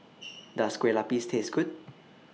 Does Kue Lupis Taste Good